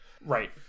Right